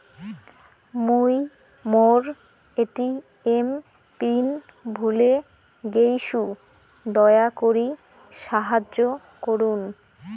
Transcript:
মুই মোর ATM PIN ভুলে গেইসু, দয়া করি সাহাইয্য করুন